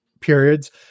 periods